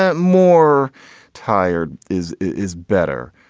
ah more tired. is is better,